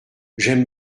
j’aime